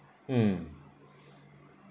mm